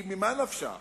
כי ממה נפשך?